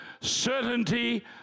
certainty